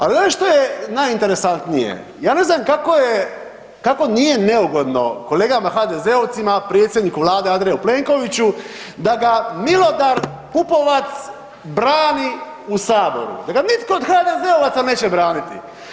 Ali ono što je najinteresantnije, ja ne znam kako je, kako nije neugodno kolegama HDZ-ovcima, predsjedniku Vlade Andreju Plenkoviću da ga Milodar Pupovac brani u Saboru, da ga nitko od HDZ-ovaca neće braniti.